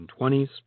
1920s